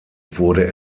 wurde